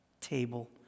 table